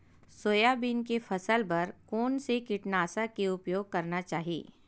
Soybean के फसल बर कोन से कीटनाशक के उपयोग करना चाहि?